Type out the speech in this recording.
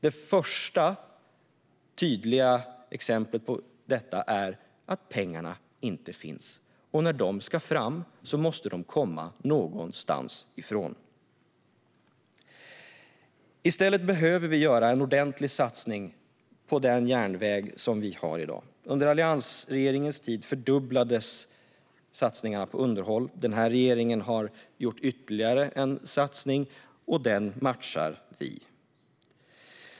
Det första tydliga exemplet på detta är att pengarna inte finns. När de ska fram måste de komma någonstans ifrån. I stället behöver vi göra en ordentlig satsning på den järnväg vi har i dag. Under alliansregeringens tid fördubblades satsningarna på underhåll. Den här regeringen har gjort ytterligare en satsning, och den matchar vi.